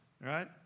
right